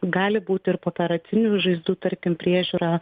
gali būt ir pooperacinių žaizdų tarkim priežiūra